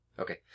Okay